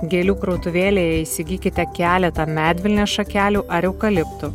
gėlių krautuvėlėje įsigykite keletą medvilnės šakelių ar eukaliptų